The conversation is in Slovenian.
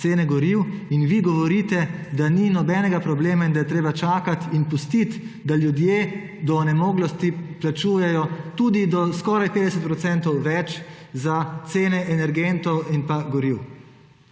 cene goriv. In vi govorite, da ni nobenega problema in da je treba čakati in pustiti, da ljudje do onemoglosti plačujejo tudi do skoraj 50 % več za cene energentov in goriv.